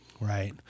Right